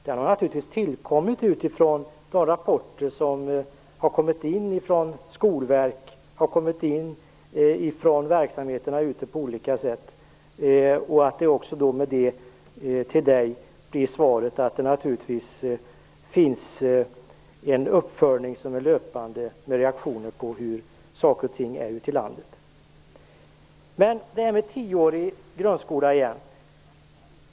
Den har tillkommit utifrån de rapporter som kommit in från Skolverket och verksamheterna ute i landet. Det sker naturligtvis en löpande uppföljning av reaktionerna ute i landet.